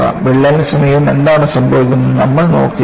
വിള്ളലിന് സമീപം എന്താണ് സംഭവിക്കുന്നതെന്ന് നമ്മൾ നോക്കുകയാണ്